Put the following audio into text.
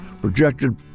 Projected